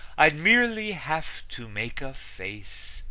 i'd merely have to make a face,